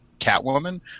Catwoman